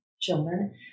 children